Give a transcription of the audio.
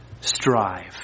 strive